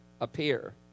appear